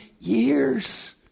years